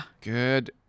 Good